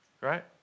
Right